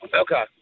Okay